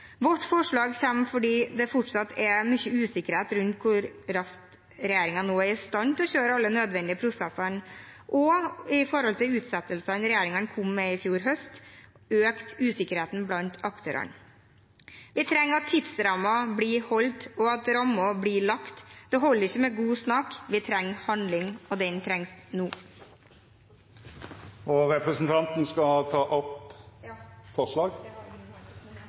Vårt forslag kommer fordi det fortsatt er mye usikkerhet rundt hvor raskt regjeringen nå er i stand til å kjøre alle nødvendige prosesser, og med utsettelsene regjeringen kom med i fjor høst, økte usikkerheten blant aktørene. Vi trenger at tidsrammen blir holdt, og at rammen blir lagt. Det holder ikke med god snakk, vi trenger handling, og den trengs nå. Skal representanten ta opp forslag?